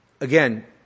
Again